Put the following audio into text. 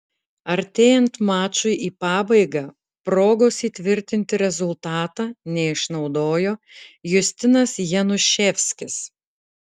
artėjant mačui į pabaigą progos įtvirtinti rezultatą neišnaudojo justinas januševskis